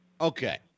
Okay